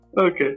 okay